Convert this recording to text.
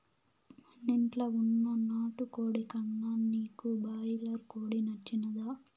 మనింట్ల వున్న నాటుకోడి కన్నా నీకు బాయిలర్ కోడి నచ్చినాదా